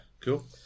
Cool